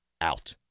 out